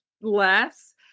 less